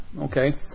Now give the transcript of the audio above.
Okay